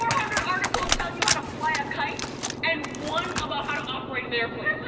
hundred articles telling you how to fly a kite and one about how to operate an airplane.